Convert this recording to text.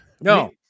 No